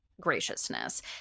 graciousness